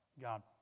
God